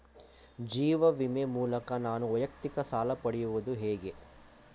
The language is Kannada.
ಜೀವ ವಿಮೆ ಮೂಲಕ ನಾನು ವೈಯಕ್ತಿಕ ಸಾಲ ಪಡೆಯುದು ಹೇಗೆ?